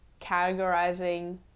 categorizing